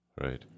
right